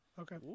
okay